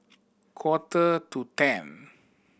quarter to ten